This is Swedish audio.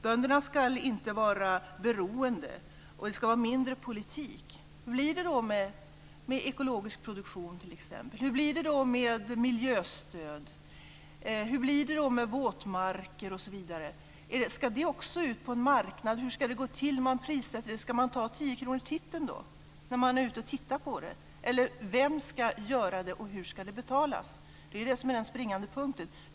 Bönderna ska inte vara beroende, och det ska vara mindre politik. Hur blir det då med t.ex. ekologisk produktion? Hur blir det då med miljöstöd? Hur blir det då med våtmarker osv.? Ska det också gå ut på en marknad? Hur ska det gå till när man prissätter det? Ska man ta 10 kr titten när man är ute och tittar på det? Vem ska göra det och hur ska det betalas? Det är det som är den springande punkten.